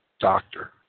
doctor